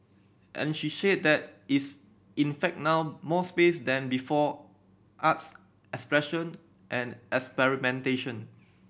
and she said there is in fact now more space than before arts expression and experimentation